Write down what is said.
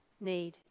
need